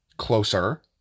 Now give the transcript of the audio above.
Closer